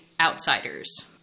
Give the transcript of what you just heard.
outsiders